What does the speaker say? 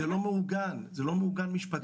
זה לא מעוגן משפטית.